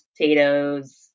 potatoes